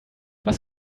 was